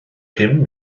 pum